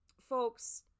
folks